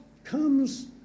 Comes